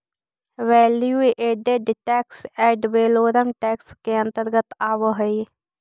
value added tax ad valorem tax के अंतर्गत आवऽ हई